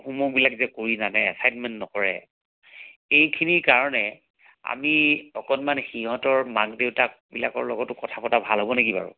হোমওৰ্কবিলাক যে কৰি নানে এছাইনমেণ্ট নকৰে এইখিনিৰ কাৰণে আমি অকণমান সিহঁতৰ মাক দেউতাকবিলাকৰ লগতো কথা পতা ভাল হ'ব নেকি বাৰু